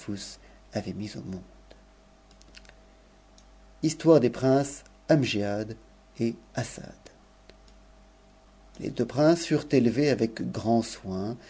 avait mis au monde a histoire des putnces migiad et assad les deux princes furent élèves avec grand soin